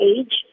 age